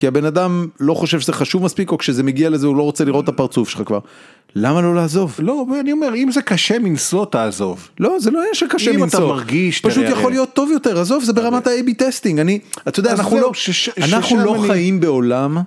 כי הבן אדם לא חושב שזה חשוב מספיק או כשזה מגיע לזה הוא לא רוצה לראות את הפרצוף שלך כבר. למה לא לעזוב לא אני אומר אם זה קשה מנסו תעזוב לא זה לא קשה אם אתה מרגיש פשוט יכול להיות טוב יותר עזוב זה ברמת האייבי טסטינג אני אתה יודע שאנחנו לא חיים בעולם.